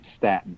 statin